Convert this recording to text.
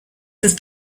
ist